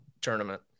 tournament